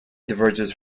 diverges